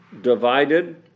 divided